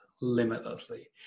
limitlessly